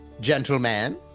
gentleman